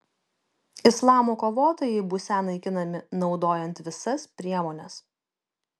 islamo kovotojai būsią naikinami naudojant visas priemones